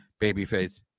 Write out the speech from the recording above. babyface